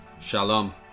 Shalom